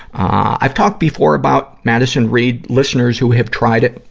i've talked before about madison reed. listeners who have tried it,